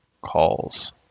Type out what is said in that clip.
calls